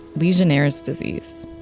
legionnaires disease.